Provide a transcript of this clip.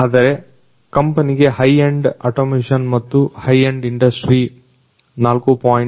ಆದರೆ ಕಂಪನಿಗೆ high end automation ಮತ್ತು ಹೈ ಎಂಡ್ ಇಂಡಸ್ಟ್ರಿ4